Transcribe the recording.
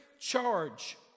charge